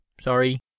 sorry